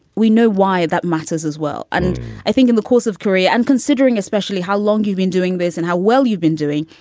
we know why that matters as well. and i think in the course of career and considering especially how long you've been doing this and how well you've been doing,